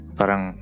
parang